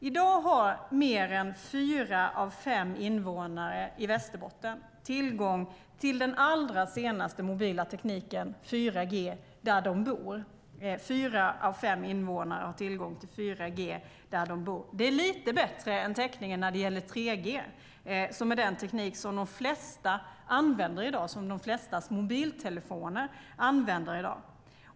I dag har mer än fyra av fem invånare i Västerbotten tillgång till den allra senaste mobila tekniken, 4G, där de bor. Det är lite bättre än täckningen när det gäller 3G som är den teknik som de flesta använder i dag, som de flestas mobiltelefoner använder i dag.